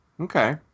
Okay